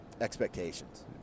expectations